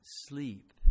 sleep